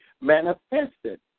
manifested